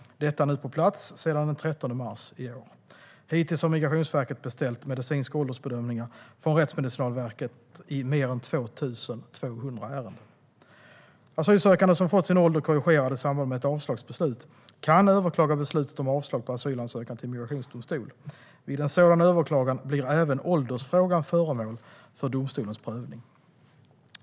Detta är nu på plats sedan den 13 mars i år. Hittills har Migrationsverket beställt medicinska åldersbedömningar från Rättsmedicinalverket i mer än 2 200 ärenden. Asylsökande som fått sin ålder korrigerad i samband med ett avslagsbeslut kan överklaga beslutet om avslag på asylansökan till migrationsdomstol. Vid en sådan överklagan blir även åldersfrågan föremål för domstolens prövning.